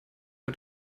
der